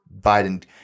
Biden